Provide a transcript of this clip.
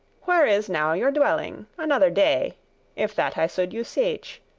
where is now your dwelling, another day if that i should you seech?